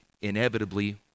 inevitably